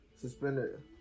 suspended